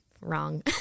Wrong